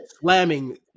slamming